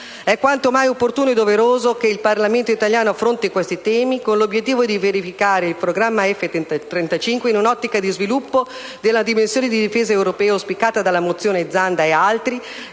È quanto mai opportuno e doveroso che il Parlamento italiano affronti questi temi con l'obiettivo di verificare il programma F-35 in un'ottica di sviluppo della dimensione di difesa europea auspicata nella mozione presentata